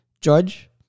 Judge